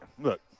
Look